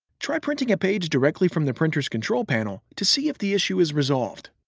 try printing a page directly from the printer's control panel to see if the issue is resolved.